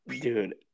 Dude